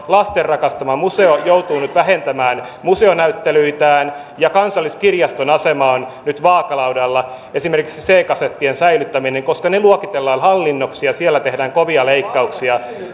lasten rakastama museo joutuu nyt vähentämään museonäyttelyitään ja kansalliskirjaston asema on nyt vaakalaudalla esimerkiksi c kasettien säilyttäminen koska se luokitellaan hallinnoksi ja siellä tehdään kovia leikkauksia